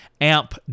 amp